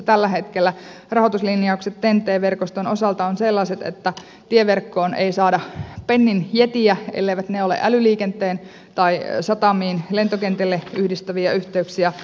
tällä hetkellä rahoituslinjaukset ten t verkoston osalta ovat sellaiset että tieverkkoon ei saada pennin jetiä elleivät ne ole älyliikenteen tai satamiin lentokentille yhdistäviä yhteyksiä